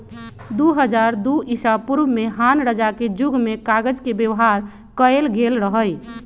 दू हज़ार दू ईसापूर्व में हान रजा के जुग में कागज के व्यवहार कएल गेल रहइ